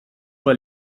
mal